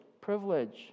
privilege